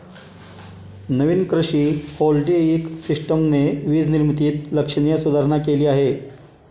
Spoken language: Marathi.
नवीन कृषी व्होल्टेइक सिस्टमने वीज निर्मितीत लक्षणीय सुधारणा केली आहे